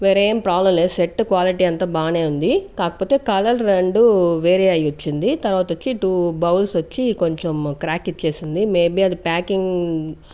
వేరే ఏం ప్రాబ్లం లేదు సెట్ క్వాలిటీ అంతా బాగానే ఉంది కాకపోతే కలర్ రెండు వేరే అయి వచ్చింది తర్వాత వచ్చి టూ బౌల్స్ వచ్చి కొంచెం క్రాక్ ఇచ్చేసింది మే బి అది ప్యాకింగ్